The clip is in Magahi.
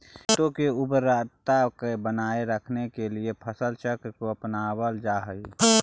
खेतों की उर्वरता को बनाए रखने के लिए फसल चक्र को अपनावल जा हई